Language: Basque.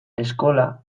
eskola